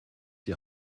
die